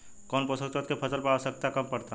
कौन पोषक तत्व के फसल पर आवशयक्ता कम पड़ता?